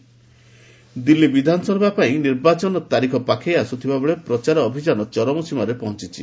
Delhi campaign Delhi ବିଧାନସଭା ପାଇଁ ନିର୍ବାଚନ ତାରିଖ ପାଖେଇ ଆସୁଥିବା ବେଳେ ପ୍ରଚାର ଅଭିଯାନ ଚରମ ସୀମାରେ ପହଞ୍ଚିଛି